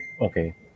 Okay